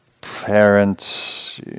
parents